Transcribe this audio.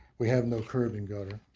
we have no curb and gutter,